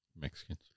Mexicans